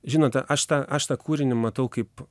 žinote aš tą aš tą kūrinį matau kaip